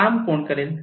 काम कोण करेल